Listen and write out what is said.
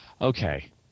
okay